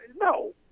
No